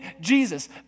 Jesus